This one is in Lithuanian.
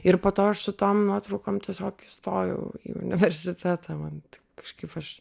ir po to aš su tom nuotraukom tiesiog įstojau į universitetą man taip kažkaip aš